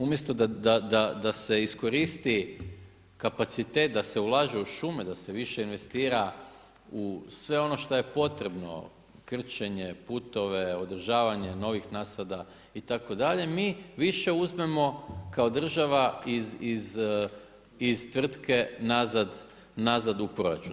Umjesto da se iskoristi kapacitet, da se ulaže u šume, da se više investira u sve ono šta je potrebno, krčenje, puteve, održavanja novih nasada itd., mi više uzmemo kao država iz tvrtke nazad u proračun.